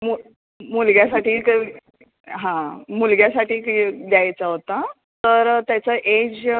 मु मुलग्यासाठी काही हा मुलग्यासाठी काही द्यायचा होता तर त्याचं एज